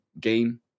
game